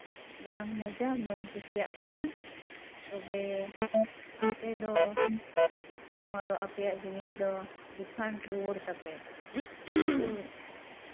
ᱵᱟᱝ ᱢᱚᱡᱽᱼᱟ ᱵᱟᱹᱧ ᱠᱩᱥᱤᱭᱟᱜ ᱠᱟᱱᱟ ᱛᱚᱵᱮ ᱟᱯᱮ ᱫᱚ ᱱᱚᱣᱟᱫᱚ ᱟᱯᱮᱭᱟᱜ ᱡᱤᱱᱤᱥ ᱫᱚ ᱨᱤᱯᱷᱟᱱᱰ ᱨᱩᱣᱟᱹᱲ ᱛᱟᱯᱮ ᱠᱩᱞ